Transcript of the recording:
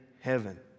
heaven